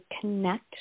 connect